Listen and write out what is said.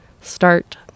start